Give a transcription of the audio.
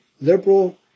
liberal